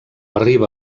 arriba